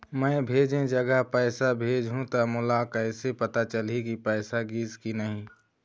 मैं भेजे जगह पैसा भेजहूं त मोला कैसे पता चलही की पैसा गिस कि नहीं?